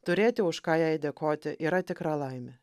turėti už ką jai dėkoti yra tikra laimė